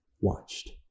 watched